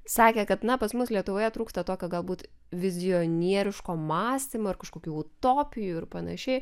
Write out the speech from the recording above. sakė kad na pas mus lietuvoje trūksta tokio galbūt vizionieriško mąstymo ir kažkokių utopijų ir panašiai